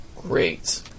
Great